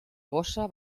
gossa